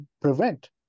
prevent